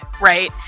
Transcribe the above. right